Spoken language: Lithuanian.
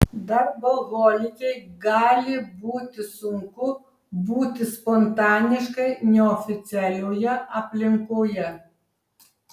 darboholikei gali būti sunku būti spontaniškai neoficialioje aplinkoje